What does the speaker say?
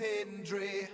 Henry